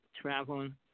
traveling